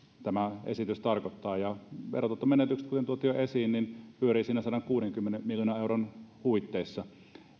tämä esitys tarkoittaa verotuoton menetys kuten tuotiin jo esiin pyörii siinä sadankuudenkymmenen miljoonan euron huitteissa